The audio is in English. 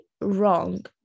wrong